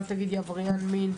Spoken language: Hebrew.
אל תגידי עבריין מין,